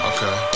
Okay